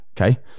Okay